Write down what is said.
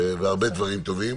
והרבה דברים טובים.